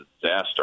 disaster